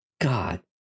God